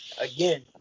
again